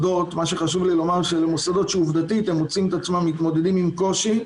חשוב לי לומר שאלה מוסדות שמוצאים את עצמם מתמודדים עם קושי.